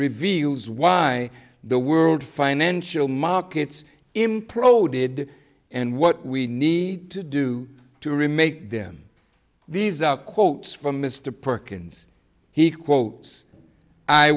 reveals why the world financial markets imploded and what we need to do to remake them these are quotes from mr perkins he quote i